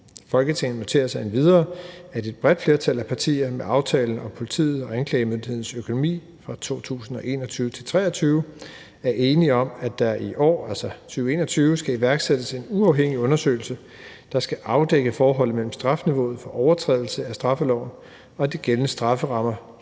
Folketinget noterer sig endvidere, at et bredt flertal af partier med aftalen om politiets og anklagemyndighedens økonomi 2021-2023 er enige om, at der i 2021 skal iværksættes en uafhængig undersøgelse, der skal afdække forholdet mellem strafniveauet for overtrædelse af straffeloven og de gældende strafferammer